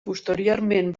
posteriorment